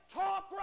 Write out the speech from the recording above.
talk